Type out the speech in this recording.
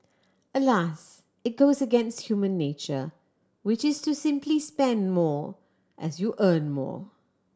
alas it goes against human nature which is to simply spend more as you earn more